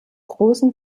großen